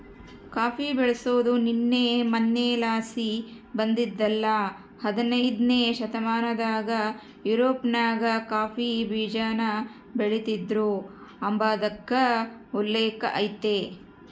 coffee ಬೆಳ್ಸಾದು ನಿನ್ನೆ ಮನ್ನೆಲಾಸಿ ಬಂದಿದ್ದಲ್ಲ ಹದನೈದ್ನೆ ಶತಮಾನದಾಗ ಯುರೋಪ್ನಾಗ ಕಾಫಿ ಬೀಜಾನ ಬೆಳಿತೀದ್ರು ಅಂಬಾದ್ಕ ಉಲ್ಲೇಕ ಐತೆ